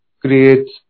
creates